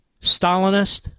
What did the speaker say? Stalinist